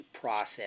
process